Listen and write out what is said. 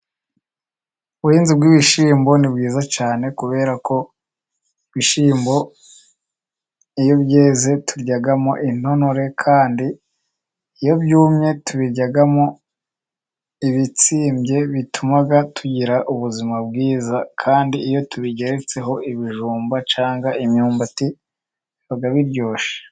Ubuhinzi bw'ibishimbo ni bwizaza cyane, kubera ko ibishimbo iyo byeze turyamo intonore, kandi iyo byumye tubiryamo ibitsimbye, bituma tugira ubuzima bwiza, kandi iyo tubigeretseho ibijumba cyangwa imyumbati biba biryoshye.